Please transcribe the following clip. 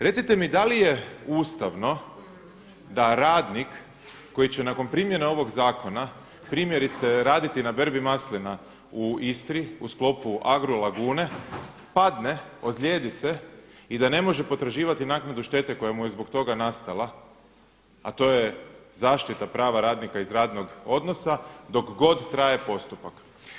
Recite mi da li je ustavno da radnik koji će nakon primjene ovog zakona primjerice raditi na berbi maslina u Istri u sklopu Agro lagune padne, ozlijedi se i da ne može potraživati naknadu štete koja mu je zbog toga nastala, a to je zaštita prava radnika iz radnog odnosa dok god traje postupak.